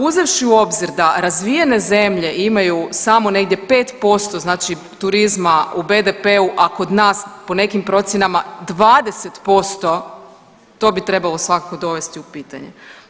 Uzevši u obzir da razvijene zemlje imaju samo negdje 5% znači turizma u BDP-u, a kod nas po nekim procjenama 20% to bi trebalo svakako dovesti u pitanje.